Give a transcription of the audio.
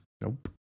Nope